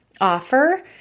offer